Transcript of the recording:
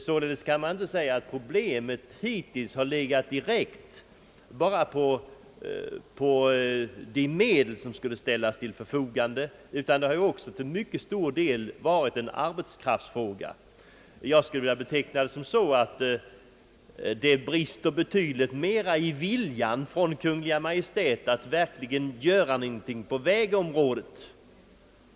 Man kan således inte säga att problemet hittills i första hand varit medelsbrist, utan det har också till mycket stor del varit en arbetskraftfråga. Jag skulle vilja säga att det brister betydligt i viljan hos Kungl. Maj:t att verkligen göra något på vägområdet.